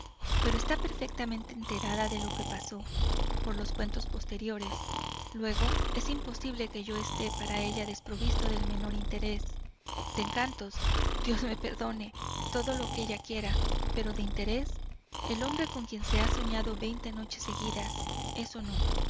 pero está perfectamente enterada de lo que pasó por los cuentos posteriores luego es imposible que yo esté para ella desprovisto del menor interés de encantos dios me perdone todo lo que ella quiera pero de interés el hombre con quien se ha soñado veinte noches seguidas eso no